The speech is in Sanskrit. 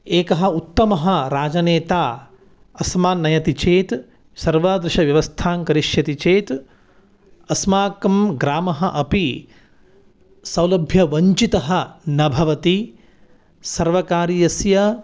एकः उत्तमः राजनेता अस्मान् नयति चेत् सर्वादृशव्यवस्थां करिष्यति चेत् अस्माकं ग्रामः अपि सौलभ्यवञ्चितः न भवति सर्वकारीयस्य